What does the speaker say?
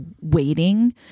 waiting